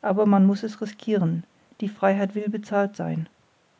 aber man muß es riskiren die freiheit will bezahlt sein